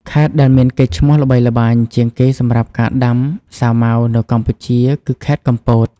ខេត្តដែលមានកេរ្តិ៍ឈ្មោះល្បីល្បាញជាងគេសម្រាប់ការដាំសាវម៉ាវនៅកម្ពុជាគឺ ខេត្តកំពត។